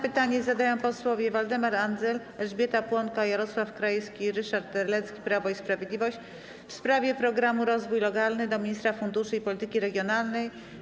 Pytanie zadają posłowie Waldemar Andzel, Elżbieta Płonka, Jarosław Krajewski i Ryszard Terlecki, Prawo i Sprawiedliwość, w sprawie programu „Rozwój lokalny” - do ministra funduszy i polityki regionalnej.